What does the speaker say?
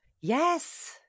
Yes